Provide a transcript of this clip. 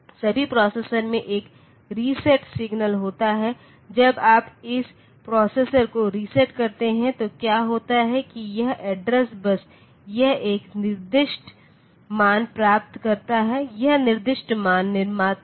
सभी प्रोसेसर में एक रीसेट सिग्नल होता है जब आप इस प्रोसेसर को रीसेट करते हैं तो क्या होता है कि यह एड्रेस बस यह एक निर्दिष्ट मान प्राप्त करता है यह निर्दिष्ट मान निर्माता पर निर्भर करता है